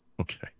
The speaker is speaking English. Okay